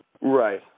Right